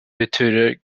betyder